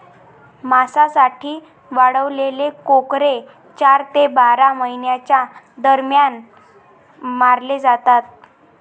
मांसासाठी वाढवलेले कोकरे चार ते बारा महिन्यांच्या दरम्यान मारले जातात